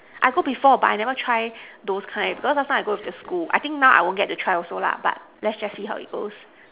I go before but I never try those kind because last time I go with the school I think now I won't get to try also lah but let's just see how it goes